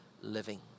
living